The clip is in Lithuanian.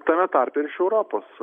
tame tarpe ir iš europos